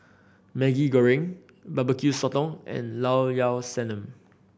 Maggi Goreng Barbecue Sotong and Llao Llao Sanum